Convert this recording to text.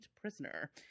Prisoner